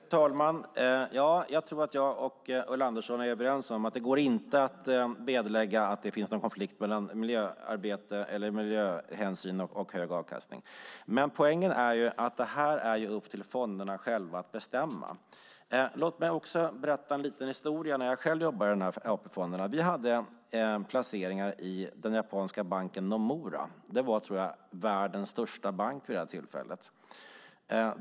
Fru talman! Jag tror att jag och Ulla Andersson är överens om att det inte går att vederlägga att det finns någon konflikt mellan miljöhänsyn och hög avkastning. Poängen är ju att det är upp till fonderna själva att bestämma. Låt mig också berätta en liten historia från tiden när jag själv jobbade i en av AP-fonderna. Vi hade placeringar i den japanska banken Nomura. Jag tror att det var världens största bank vid det här tillfället.